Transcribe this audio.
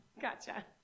Gotcha